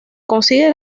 consigue